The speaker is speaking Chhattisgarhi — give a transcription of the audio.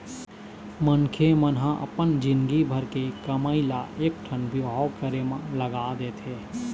मनखे मन ह अपन जिनगी भर के कमई ल एकठन बिहाव करे म लगा देथे